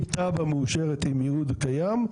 עם תב"ע מאושרת עם ייעוד קיים,